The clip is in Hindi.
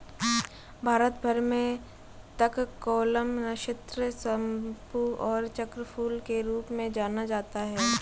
भारत भर में तककोलम, नक्षत्र सोमपू और चक्रफूल के रूप में जाना जाता है